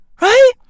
Right